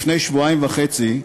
לפני שבועיים וחצי,